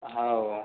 हओ